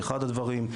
אחד הדברים,